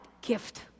gift